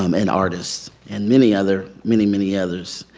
um and artists, and many other many, many others.